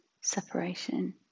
separation